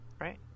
right